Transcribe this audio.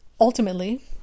ultimately